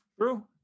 True